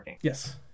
Yes